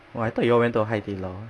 !wah! I thought you'll went to hai di lao